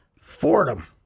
Fordham